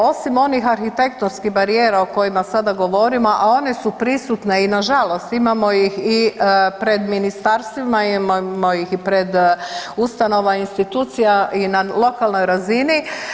Osim onih arhitektonskih barijera o kojima sada govorimo, a one su prisutne i na žalost imamo ih i pred ministarstvima, imamo ih i pred ustanovama, institucijama i na lokalnoj razini.